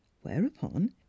whereupon